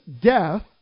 death